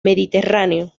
mediterráneo